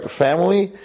family